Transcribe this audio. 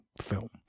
film